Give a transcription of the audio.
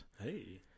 hey